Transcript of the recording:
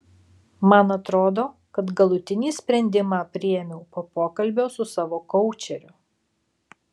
man atrodo kad galutinį sprendimą priėmiau po pokalbio su savo koučeriu